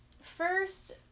First